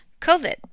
COVID